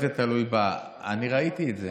אני ראיתי את זה,